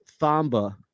Thamba